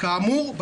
כאמור,